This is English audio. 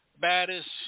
baddest